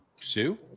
sue